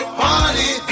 party